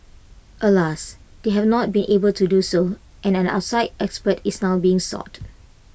alas they have not been able to do so and an outside expert is now being sought